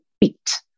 beat